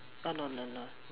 err no no no